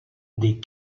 des